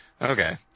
Okay